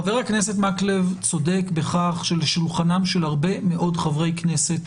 חבר הכנסת מקלב צודק בכך שעל שולחנם של הרבה מאוד חברי כנסת